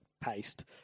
paste